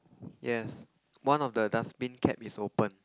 yes one of the dustbin cap is open